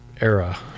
era